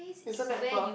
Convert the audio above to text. isn't that far